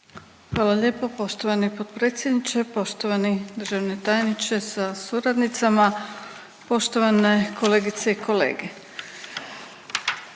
Hvala lijepo poštovani potpredsjedniče, poštovani državni tajniče sa suradnicama, poštovane kolegice i kolege.